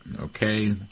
Okay